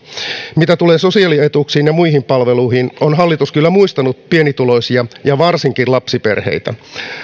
mitä tulee sosiaalietuuksiin ja muihin palveluihin on hallitus kyllä muistanut pienituloisia ja varsinkin lapsiperheitä